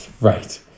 right